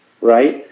right